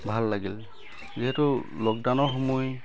ভাল লাগিল যিহেতু লকডাউনৰ সময়